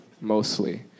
mostly